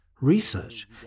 research